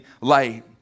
light